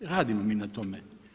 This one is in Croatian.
Radimo mi na tome.